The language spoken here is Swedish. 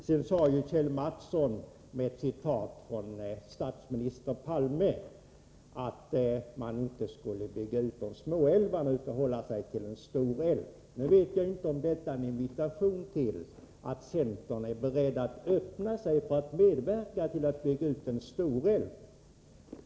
Sedan sade Kjell Mattsson med ett citat från statsminister Palme att man inte skulle bygga ut de små älvarna utan hålla sig till en stor älv. Jag vet inte om det betyder att centern är öppen för att medverka till att bygga ut en storälv.